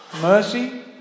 mercy